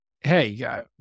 Hey